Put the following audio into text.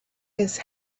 his